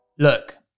Look